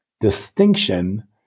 Distinction